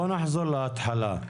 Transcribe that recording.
בוא נחזור להתחלה.